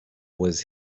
was